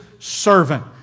servant